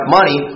money